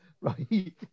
right